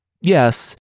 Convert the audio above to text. yes